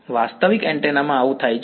વાસ્તવિક એન્ટેના માં આવું થાય છે